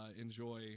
enjoy